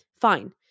Fine